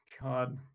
God